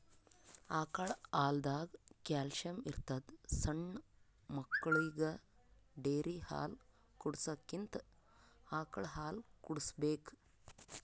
ಆಕಳ್ ಹಾಲ್ದಾಗ್ ಕ್ಯಾಲ್ಸಿಯಂ ಇರ್ತದ್ ಸಣ್ಣ್ ಮಕ್ಕಳಿಗ ಡೇರಿ ಹಾಲ್ ಕುಡ್ಸಕ್ಕಿಂತ ಆಕಳ್ ಹಾಲ್ ಕುಡ್ಸ್ಬೇಕ್